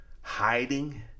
hiding